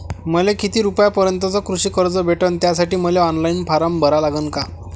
मले किती रूपयापर्यंतचं कृषी कर्ज भेटन, त्यासाठी मले ऑनलाईन फारम भरा लागन का?